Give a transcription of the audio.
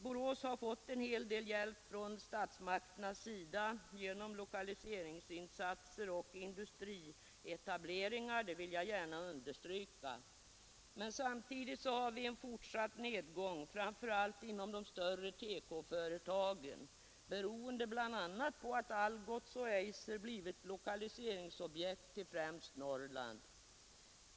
Borås har fått en hel del hjälp från statsmakternas sida genom lokaliseringsinsatser och industrietableringar — det vill jag gärna understryka. Men samtidigt har vi en fortsatt nedgång framför allt inom de större TEKO-företagen, beroende bl.a. på att Algots och Eiser blivit lokaliseringsobjekt främst till Norrland.